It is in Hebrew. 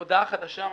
הודעה חדשה מאנשים.